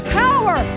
power